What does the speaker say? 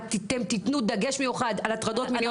אתם תתנו דגש מיוחד על הטרדות מיוחד